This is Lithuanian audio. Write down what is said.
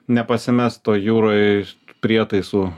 nepasimest toj jūroj prietaisų